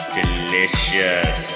Delicious